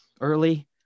early